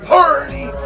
Party